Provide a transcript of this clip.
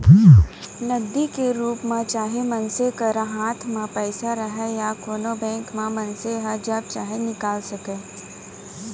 नगदी के रूप म चाहे मनसे करा हाथ म पइसा रहय या कोनों बेंक म मनसे ह जब चाहे निकाल सकय